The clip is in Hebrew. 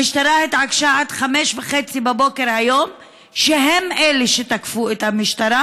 המשטרה התעקשה עד 05:30 היום בבוקר שהם שתקפו את המשטרה,